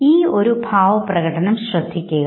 ഈ ഒരു ഭാവപ്രകടനം ശ്രദ്ധിക്കുക